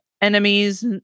enemies